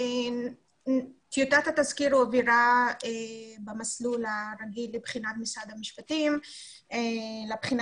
טיוטת התזכיר הועברה במסלול הרגיל מבחינת משרד המשפטים לבחינה